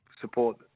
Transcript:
support